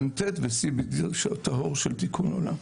מ"ט ו-CBD של תיקון עולם.